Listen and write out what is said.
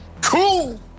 Cool